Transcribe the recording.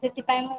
ସେଥିପାଇଁ ମୁଁ